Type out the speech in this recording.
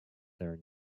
there